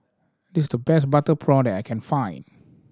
this the best butter prawn that I can find